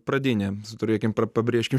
pradinė suturėkim pabrėžkim